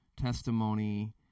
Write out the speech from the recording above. testimony